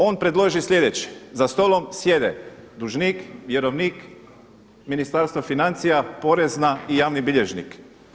On predloži sljedeće, za stolom sjede dužnik, vjerovnik, Ministarstvo financija, Porezna i javni bilježnik.